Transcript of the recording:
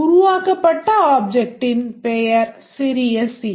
உருவாக்கப்பட்ட object ன் பெயர் சிறிய c